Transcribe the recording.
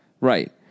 Right